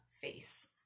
face